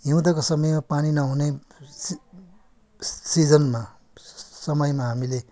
हिउँदको समय पानी नहुने सिजनमा समयमा हामीले